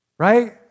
Right